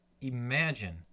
Imagine